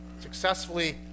successfully